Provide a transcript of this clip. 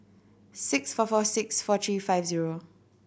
six four four six four three five zero